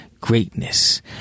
greatness